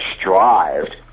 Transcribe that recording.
strived